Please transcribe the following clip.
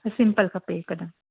simple खपे हिकदमि